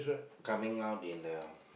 coming out in the